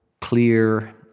clear